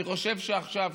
אני חושב שעכשיו,